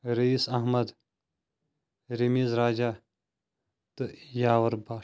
ریٖس احمد رمیٖز راجا تہٕ یاوَر بَٹھ